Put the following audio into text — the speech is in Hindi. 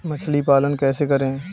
मछली पालन कैसे करें?